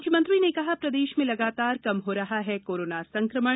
मुंख्यमंत्री ने कहा प्रदेश में लगातार कम हो रहा है कोरोना संक्रमण